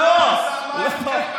לא חייבים ג'וב בכל מחיר.